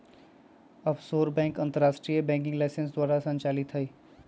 offshore bank अंतरराष्ट्रीय banking licence द्वारा संचालित हइ